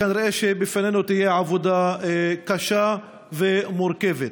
כנראה שבפנינו תהיה עבודה קשה ומורכבת.